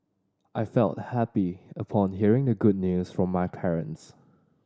I felt happy upon hearing the good news from my parents